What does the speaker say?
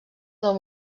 del